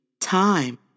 Time